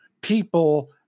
people